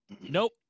Nope